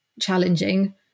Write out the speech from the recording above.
challenging